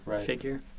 figure